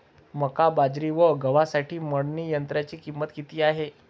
मका, बाजरी व गव्हासाठी मळणी यंत्राची किंमत किती आहे?